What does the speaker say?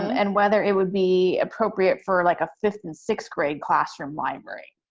and whether it would be appropriate for like a fifth and sixth grade classroom library.